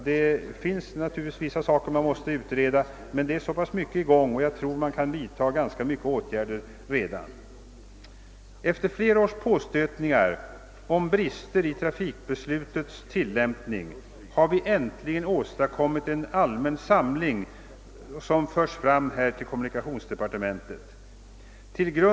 Det finns naturligtvis vissa saker som måste utredas, men det är så mycket i gång, och jag tror att en del åtgärder kan vidtagas redan nu. Efter flera års påstötningar om brister i trafikbeslutets tillämpning har vi äntligen åstadkommit en allmän, samlad uppmaning till kommunikationsdepartementet.